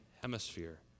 hemisphere